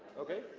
okay,